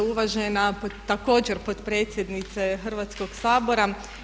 Uvažena također potpredsjednice Hrvatskog sabora.